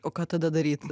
o ką tada daryt